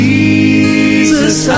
Jesus